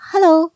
Hello